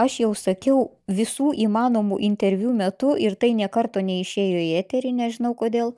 aš jau sakiau visų įmanomų interviu metu ir tai nė karto neišėjo į eterį nežinau kodėl